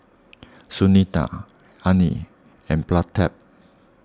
Sunita Anil and Pratap